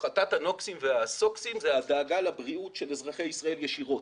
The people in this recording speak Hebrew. הפחתת הנוקסים והסוקסים זו הדאגה לבריאות של אזרחי ישראל ישירות,